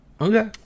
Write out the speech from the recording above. Okay